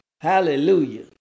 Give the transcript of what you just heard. Hallelujah